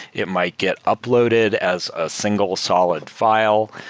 it might get uploaded as a single solid fi le.